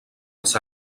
els